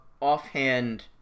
offhand